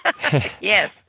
Yes